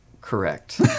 Correct